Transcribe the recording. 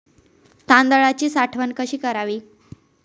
तांदळाची साठवण कशी करावी?